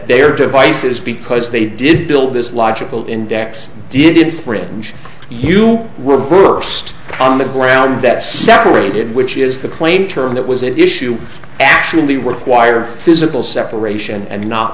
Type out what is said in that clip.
are devices because they did build this logical index did infringe you were first on the ground that separated which is the claimed term that was an issue actually require physical separation and not